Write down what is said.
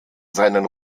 seinen